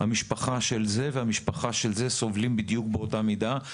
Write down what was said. המשפחה של זה והמשפחה של זה סובלים באותה מידה.